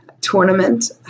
tournament